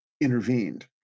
intervened